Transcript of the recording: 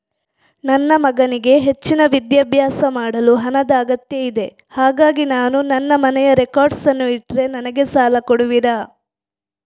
ನನ್ನ ಮಗನಿಗೆ ಹೆಚ್ಚಿನ ವಿದ್ಯಾಭ್ಯಾಸ ಮಾಡಲು ಹಣದ ಅಗತ್ಯ ಇದೆ ಹಾಗಾಗಿ ನಾನು ನನ್ನ ಮನೆಯ ರೆಕಾರ್ಡ್ಸ್ ಅನ್ನು ಇಟ್ರೆ ನನಗೆ ಸಾಲ ಕೊಡುವಿರಾ?